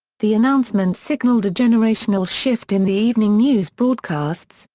the announcement signaled a generational shift in the evening news broadcasts,